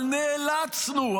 אבל נאלצנו,